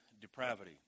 depravity